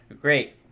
Great